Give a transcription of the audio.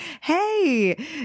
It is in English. hey